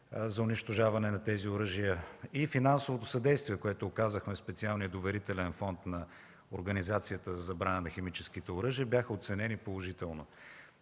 за унищожаване на тези оръжия и финансовото съдействие, което оказахме в специалния доверителен фонд на Организацията за забрана на химическите оръжия, бяха оценени положително.